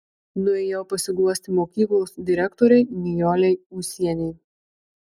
nuėjau pasiguosti mokyklos direktorei nijolei ūsienei